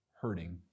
hurting